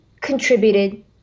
contributed